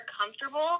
comfortable